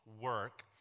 work